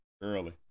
early